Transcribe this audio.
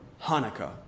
Hanukkah